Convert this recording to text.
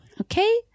Okay